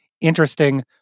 interesting